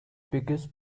biggest